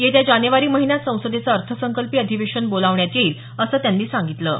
येत्या जानेवारी महिन्यात संसदेचं अर्थसंकल्पीय अधिवेशन बोलावण्यात येईल असं जोशी यांनी सांगितलं आहे